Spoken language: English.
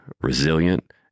resilient